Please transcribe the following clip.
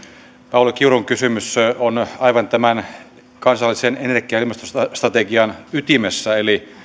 pauli kiurun kysymys on aivan tämän kansallisen energia ja ilmastostrategian ytimessä